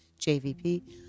JVP